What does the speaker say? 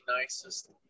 nicest